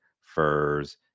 furs